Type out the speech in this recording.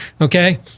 Okay